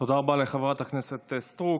תודה רבה לחברת הכנסת סטרוק.